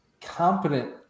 competent